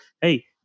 hey